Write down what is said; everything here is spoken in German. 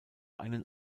einen